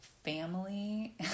family